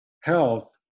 health